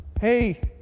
hey